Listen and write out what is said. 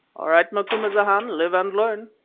all right, macumazahn, live and learn.